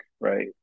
right